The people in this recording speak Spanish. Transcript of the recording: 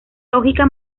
lógica